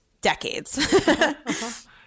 decades